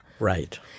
Right